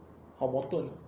好矛盾